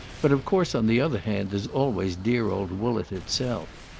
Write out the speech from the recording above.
but of course on the other hand there's always dear old woollett itself.